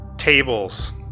tables